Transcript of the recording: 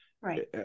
right